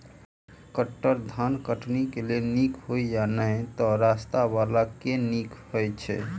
Brush cutter धान कटनी केँ लेल नीक हएत या नै तऽ सस्ता वला केँ नीक हय छै?